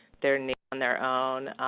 their needs on their own.